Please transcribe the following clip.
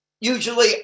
usually